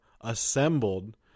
assembled